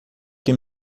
que